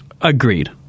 Agreed